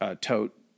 Tote